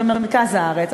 במרכז הארץ,